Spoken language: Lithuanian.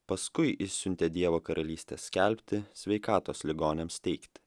paskui išsiuntė dievo karalystės skelbti sveikatos ligoniams teikti